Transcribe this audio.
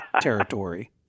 territory—